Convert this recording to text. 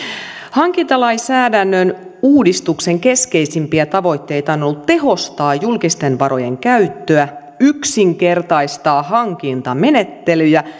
hankintalainsäädännön uudistuksen keskeisimpiä tavoitteita on on ollut tehostaa julkisten varojen käyttöä yksinkertaistaa hankintamenettelyjä